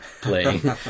playing